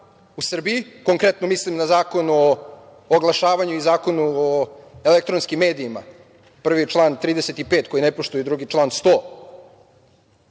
u Srbiji? Konkretno, mislim na Zakon o oglašavanju i Zakon o elektronskim medijima, prvi je član 35. koji ne poštuju, a drugi je član 100.I,